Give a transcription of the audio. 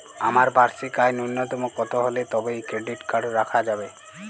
আমার বার্ষিক আয় ন্যুনতম কত হলে তবেই ক্রেডিট কার্ড রাখা যাবে?